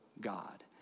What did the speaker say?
God